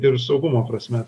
ir saugumo prasme